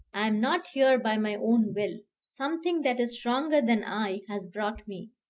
i am not here by my own will. something that is stronger than i has brought me.